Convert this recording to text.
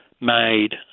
made